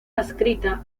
adscrita